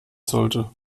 sollte